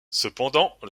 cependant